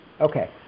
Okay